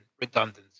redundancy